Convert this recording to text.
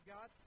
God